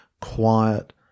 quiet